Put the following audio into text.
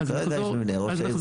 אבל כרגע יש לנו את ראש העיר,